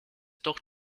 doch